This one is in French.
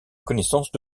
connaissance